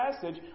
passage